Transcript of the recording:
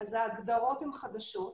ההגדרות הן חדשות,